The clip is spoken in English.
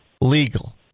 legal